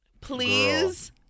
Please